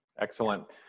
Excellent